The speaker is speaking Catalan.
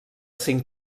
cinc